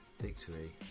Victory